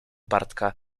bartka